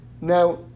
Now